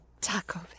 Taco